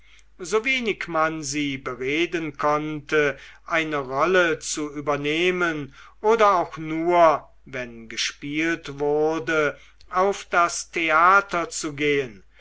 so wenig man sie bereden konnte eine rolle zu übernehmen oder auch nur wenn gespielt wurde auf das theater zu gehen